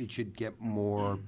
it should get more